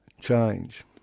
change